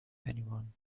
anyone